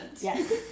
Yes